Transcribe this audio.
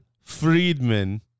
Friedman